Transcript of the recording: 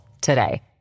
today